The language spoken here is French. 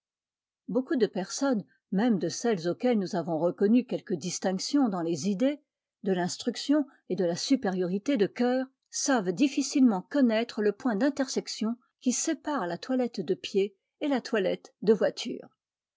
beaucoup de personnes même de celles auxquelles nous avons reconnu quelque distinction dans les idées de l'instruction et de la supériorité de cœur savent difficilement connaître le point d'intersection qui sépare la toilette de pied et la toilette de voiture